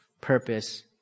purpose